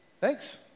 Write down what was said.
Thanks